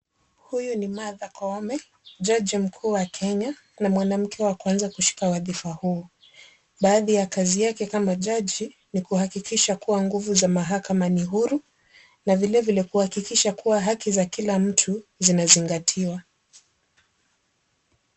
Huyu ni Martha Koome jaji mkuu wa Kenya na mwanamke wa kwanza kushika wadhifa huu. Baadhi ya kazi yake kama jaji ni kuhakikisha kuwa nguvu za mahakama ni huru na vilevile kuhakikisha kuwa haki za kila mtu zinazingatiwa.